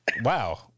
Wow